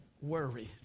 worry